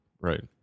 Right